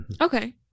Okay